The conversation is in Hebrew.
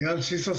אייל סיסו,